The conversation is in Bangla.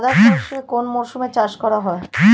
সাদা সর্ষে কোন মরশুমে চাষ করা হয়?